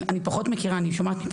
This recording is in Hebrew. ההפחדות האלה, יש להן מטרה אחת.